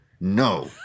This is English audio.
No